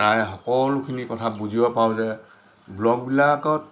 চাই সকলো কথা বুজিব পাৰোঁ যে ব্লগবিলাকত